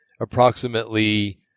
approximately